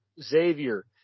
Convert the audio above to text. Xavier